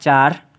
चार